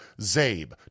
ZABE